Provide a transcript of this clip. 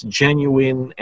genuine